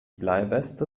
bleiweste